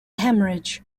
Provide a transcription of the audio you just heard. hemorrhage